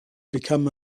become